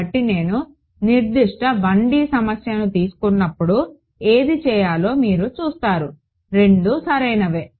కాబట్టి నేను నిర్దిష్ట 1 D సమస్యను తీసుకున్నప్పుడు ఏది చేయాలో మీరు చూస్తారు రెండు సరైనవే